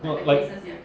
no like